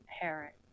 parent